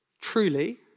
Truly